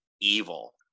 evil